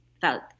felt